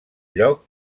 lloc